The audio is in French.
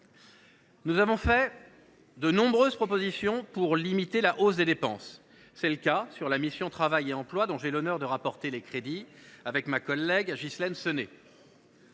vous avons fait de nombreuses propositions pour limiter la hausse des dépenses. C’est le cas sur la mission « Travail et emploi », dont j’ai l’honneur de rapporter les crédits avec ma collègue Ghislaine Senée.